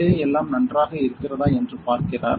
உள்ளே எல்லாம் நன்றாக இருக்கிறதா என்று பார்க்கிறார்